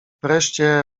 wreszcie